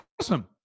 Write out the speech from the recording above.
awesome